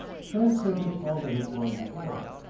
transcended all that had gone before.